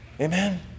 Amen